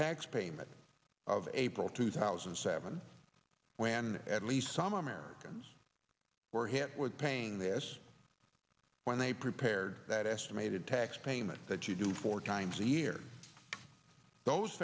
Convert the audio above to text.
tax payment of april two thousand and seven when at least some americans were hit with paying this when they prepared that estimated tax payment that you do four times a year those